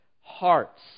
hearts